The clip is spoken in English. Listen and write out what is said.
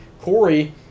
Corey